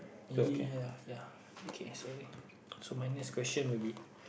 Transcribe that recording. maybe ya ya okay slowly so my next question will be